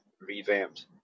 revamped